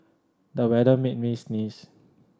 the weather made me sneeze